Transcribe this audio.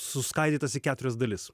suskaidytas į keturias dalis